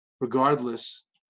regardless